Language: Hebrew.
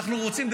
אנחנו רוצים.